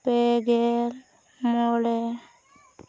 ᱯᱮᱜᱮᱞ ᱢᱚᱬᱮ